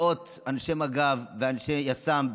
מאות אנשי מג"ב ואנשי יס"מ,